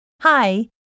Hi